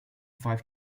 five